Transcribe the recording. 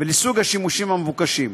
ולסוג השימושים המבוקשים.